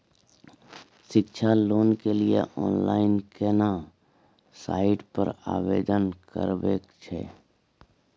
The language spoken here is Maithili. शिक्षा लोन के लिए ऑनलाइन केना साइट पर आवेदन करबैक छै?